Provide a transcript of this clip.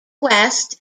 west